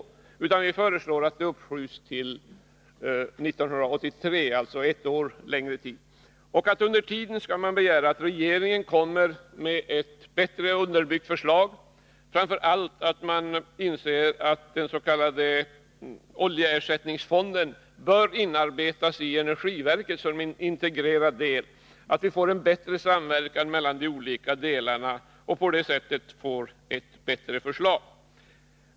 Vi föreslår att inrättandet uppskjuts till 1983 — alltså ett år. Och vi begär att regeringen under tiden skall utarbeta ett bättre underbyggt förslag. Framför allt måste man inse att den s.k. oljeersättningsfonden bör inarbetas i energiverket som en integrerad del. Man bör också se till att det blir en bättre samverkan mellan de olika delarna, så att det på det sättet blir ett bättre förslag.